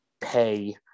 pay